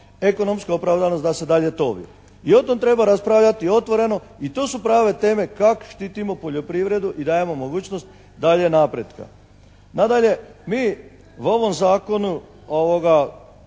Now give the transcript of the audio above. ekonomsku opravdanost da se dalje tovi. I o tom treba raspravljati otvoreno i tu su prave teme kak štitimo poljoprivredu i dajemo mogućnost dalje napretka. Nadalje, mi u ovom Zakonu uglavnom